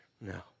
no